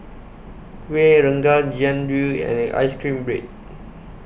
Kueh Rengas Jian Dui and Ice Cream Bread